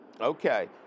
Okay